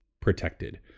protected